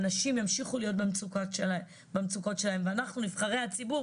אנשים ימשיכו להיות במצוקות שלהם ואנחנו נבחרי הציבור